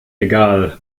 egal